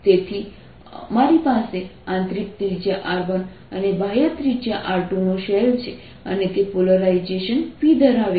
તેથી અમારી પાસે આંતરિક ત્રિજ્યા R1 અને બાહ્ય ત્રિજ્યા R2 નો શેલ છે અને તે પોલરાઇઝેશન P ધરાવે છે